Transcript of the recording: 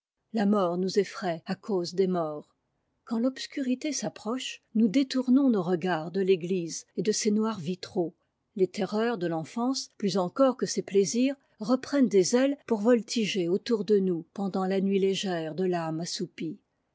la mort nous effraye à cause des morts quand l'obscurité s'approche nous détournons nos regards de l'église et de ses noirs vitraux les terreurs de l'enfance plus encore que ses plaisirs reprennent des ailes pour voltiger autour de nous pendant la nuit légère de l'âme assoupie